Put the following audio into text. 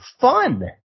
fun